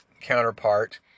counterpart